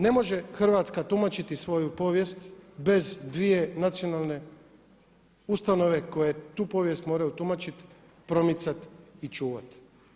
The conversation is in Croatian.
Ne može Hrvatska tumačiti svoju povijest bez dvije nacionalne ustanove koje tu povijest moraju tumačit, promicat i čuvat.